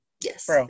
Yes